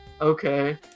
Okay